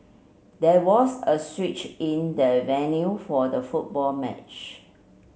there was a switch in the venue for the football match